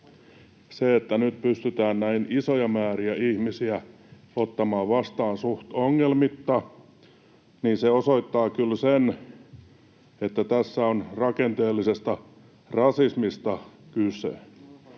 se, että nyt pystytään näin isoja määriä ihmisiä ottamaan vastaan suht ongelmitta, osoittaa kyllä sen, että tässä on rakenteellisesta rasismista kyse,